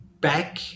back